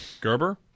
Gerber